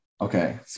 Okay